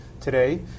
today